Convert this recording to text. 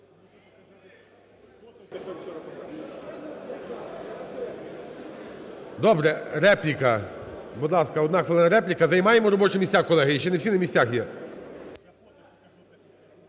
Добре, репліка. Будь ласка, 1 хвилина репліка. Займаємо робочі місця, колеги., іще не всі на місцях є.